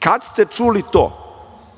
Kad ste čuli to? Vi